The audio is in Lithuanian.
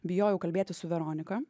bijojau kalbėtis su veronika